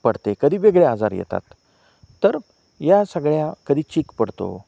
पडते कधी वेगळे आजार येतात तर या सगळ्या कधी चीक पडतो